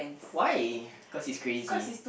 why cause he's crazy